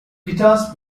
guitars